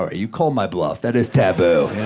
ah you called my bluff. that is taboo.